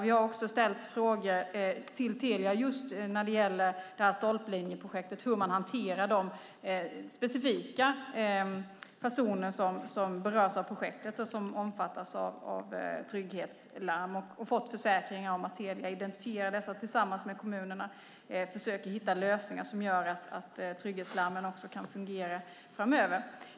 Vi har också ställt frågor till Telia just om stolplinjeprojektet - om hur man hanterar de specifika personer som berörs av projektet och som omfattas av trygghetslarm - och fått försäkringar om att Telia identifierar dessa och tillsammans med kommunerna försöker hitta lösningar som gör att trygghetslarmen kan fungera också framöver.